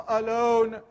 alone